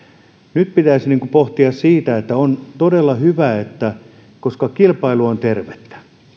nyt pitäisi pohtia sitä että on todella hyvä että kilpailu on tervettä